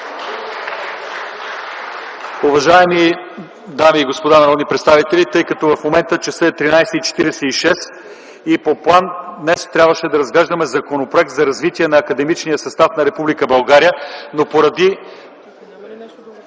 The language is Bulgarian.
Уважаеми дами и господа народни представители, в момента е 13,46 ч. По план днес трябваше да разглеждаме Законопроекта за развитието на академичния състав в Република България, но тъй